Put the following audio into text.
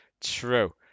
True